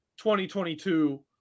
2022